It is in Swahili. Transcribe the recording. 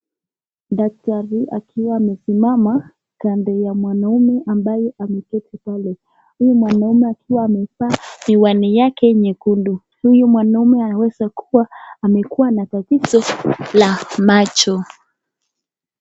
Daktari akiwa amesimama kando ya mwanaume ambaye ameketi pale huyu mwanaume akiwa amevaa miwani yake nyekundu. Huyu mwanume anaweza kuwa na tatizo la macho.